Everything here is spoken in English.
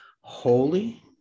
holy